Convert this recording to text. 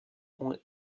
ont